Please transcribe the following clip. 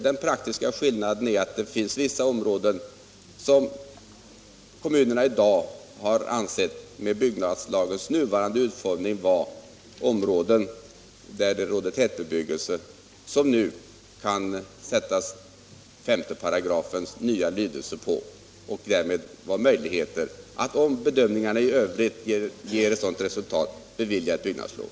Den praktiska skillnaden är att det finns vissa områden där kommunen, med byggnadslagens nuvarande utformning, har ansett att det råder tät bebyggelse men där man nu kan tillämpa den nya lydelsen av 53 och därmed få möjligheter att — om bedömningarna i övrigt ger ett sådant resultat — bevilja byggnadslov.